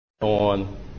on